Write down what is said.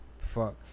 Fuck